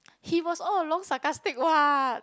he was all along sarcastic what